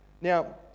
Now